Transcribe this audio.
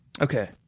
Okay